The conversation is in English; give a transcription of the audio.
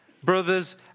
brothers